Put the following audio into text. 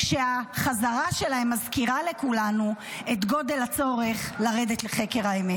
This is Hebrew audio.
והחזרה שלהם מזכירה לכולנו את גודל הצורך לרדת לחקר האמת.